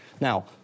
Now